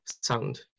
sound